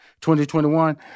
2021